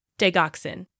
digoxin